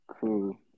Cool